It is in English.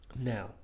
Now